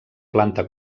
planta